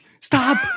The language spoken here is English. Stop